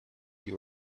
you